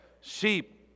Sheep